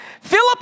Philip